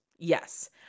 Yes